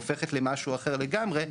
הופכת למשהו אחר לגמרי,